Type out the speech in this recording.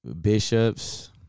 Bishops